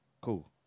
cool